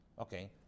Okay